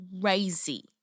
crazy